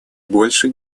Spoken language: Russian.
больше